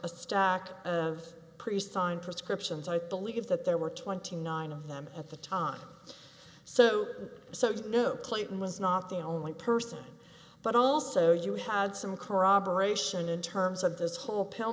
a stack of priests on prescriptions i believe that there were twenty nine of them at the time so so it's no clayton was not the only person but also you had some corroboration in terms of this whole pill